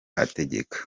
ategeka